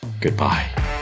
goodbye